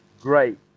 great